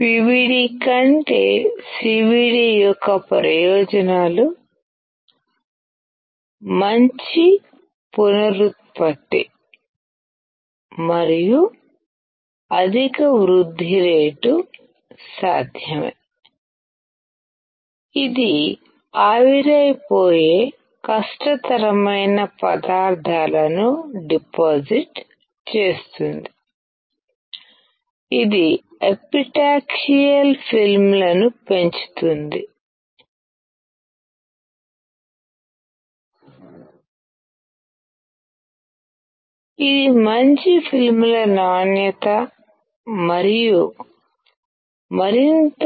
PVD కంటే CVD యొక్క ప్రయోజనాలు మంచి పునరుత్పత్తి మరియు అధిక వృద్ధి రేటు సాధ్యమే ఇది ఆవిరైపోయే కష్టతరమైన పదార్థాలనుడిపాజిట్ చేస్తుంది ఇది ఎపిటాక్సియల్ ఫిల్మ్లను పెంచుతుంది ఇది మంచి ఫిల్మ్ల నాణ్యత మరియు మరింత